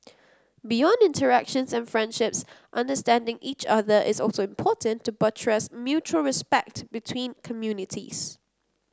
beyond interactions and friendships understanding each other is also important to buttress mutual respect between communities